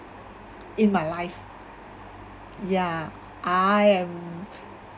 in my life ya I am